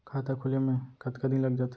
खाता खुले में कतका दिन लग जथे?